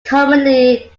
commonly